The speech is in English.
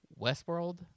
Westworld